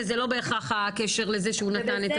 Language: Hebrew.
וזה לא בהכרח הקשר לזה שהוא נתן את הסמים.